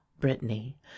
brittany